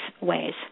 ways